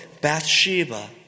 Bathsheba